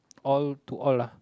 all to all lah